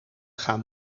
gaan